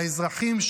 לאזרחים,